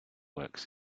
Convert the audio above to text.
works